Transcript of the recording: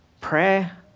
prayer